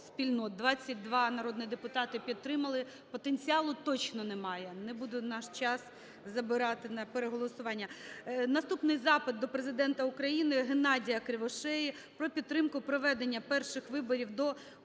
22 народні депутати підтримали. Потенціалу точно немає. Не буду наш час забирати на переголосування. Наступний запит: до Президента України Геннадія Кривошеї про підтримку проведення перших виборів до